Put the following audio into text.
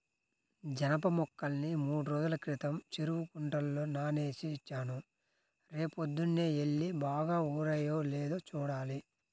జనప మొక్కల్ని మూడ్రోజుల క్రితం చెరువు గుంటలో నానేసి వచ్చాను, రేపొద్దన్నే యెల్లి బాగా ఊరాయో లేదో చూడాలి